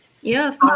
Yes